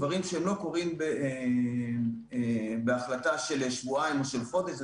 דברים שהם שלא קורים בהחלטה של שבועיים או של חודש,